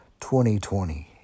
2020